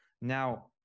Now